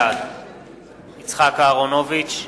בעד יצחק אהרונוביץ,